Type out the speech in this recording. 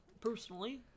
Personally